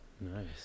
Nice